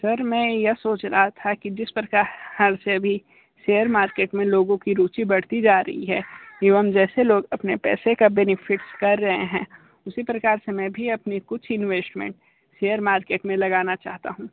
sir मैं यह सोच रहा था कि जिस प्रकार हाल से अभी शेयर मार्केट में लोगों की रुचि बढ़ती जा रही है एवं जैसी लोग अपने पैसे का बेनिफिट कर रहे हैं उसी प्रकार मैं भी अपनी कुछ इन्वेस्टमेंट शेयर मार्किट में लगाना चाहता हूँ